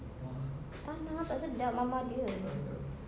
tak nak tak sedap mamak dia